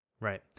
Right